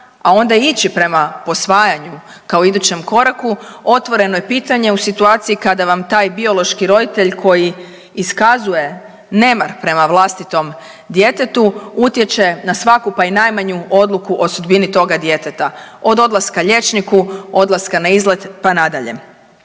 a onda ići prema posvajanju kao idućem koraku otvoreno je pitanje u situaciji kada vam taj biološki roditelj koji iskazuje nemar prema vlastitom djetetu utječe na svaku, pa i najmanju odluku o sudbini toga djeteta, od odlaska liječniku, odlaska na izlet, pa nadalje.